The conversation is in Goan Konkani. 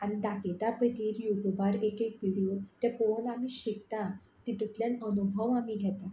आनी दाखयता पळय ती युटुबार एक एक विडयोन तें पळोवन आमी शिकता तितुतल्यान अनुभव आमी घेता